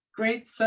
great